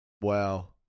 wow